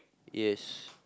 yes